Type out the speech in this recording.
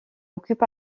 occupe